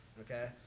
Okay